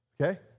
okay